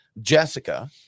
Jessica